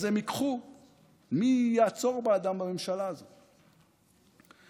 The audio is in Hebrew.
בואו לא נגיד לעצמנו שהם רק מדברים ככה וזה לא יקרה,